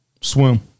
swim